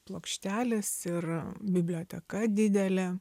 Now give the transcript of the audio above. plokštelės ir biblioteka didelė